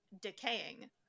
decaying